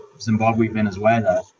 Zimbabwe-Venezuela